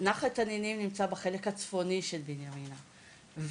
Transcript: נחל תנינים נמצא בחלק הצפוני של בנימינה ושם,